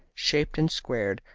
shaped and squared,